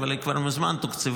אבל היא כבר מזמן תוקצבה,